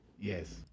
Yes